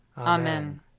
Amen